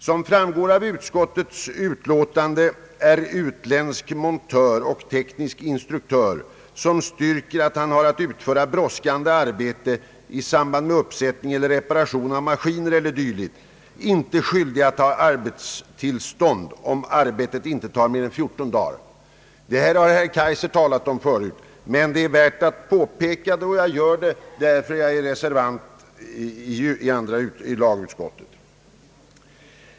Som framgår av andra lagutskottets utlåtande är utländsk montör och teknisk instruktör, som styrker att han har att utföra brådskande arbete i samband med uppsättning eller reparation av maskiner eller dylikt, inte skyldig att ha arbetstillstånd, om arbetet inte tar mer än 14 dagar. Detta spörsmål har herr Kaijser tidigare berört, men det är värt ytterligare ett påpekande, och som reservant i andra lagutskottet vill jag nu säga några ord.